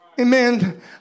Amen